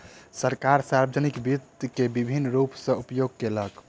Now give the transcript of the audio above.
सरकार, सार्वजानिक वित्त के विभिन्न रूप सॅ उपयोग केलक